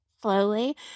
slowly